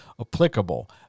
applicable